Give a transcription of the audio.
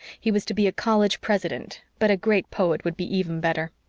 he was to be a college president but a great poet would be even better.